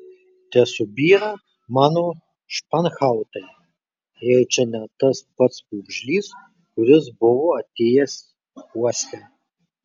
tesubyra mano španhautai jei čia ne tas pats pūgžlys kuris buvo atėjęs uoste